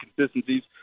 inconsistencies